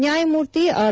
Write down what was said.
ನ್ಯಾಯಮೂರ್ತಿ ಆರ್